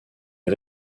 est